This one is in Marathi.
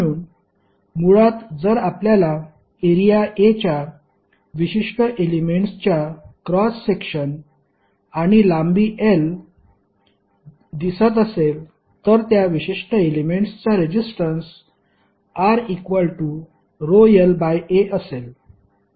म्हणून मुळात जर आपल्याला एरिया A च्या विशिष्ट एलेमेंट्सच्या क्रॉस सेक्शन आणि लांबी l दिसत असेल तर त्या विशिष्ट एलेमेंट्सचा रेजिस्टन्स RρlA असेल